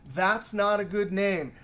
that's not a good name.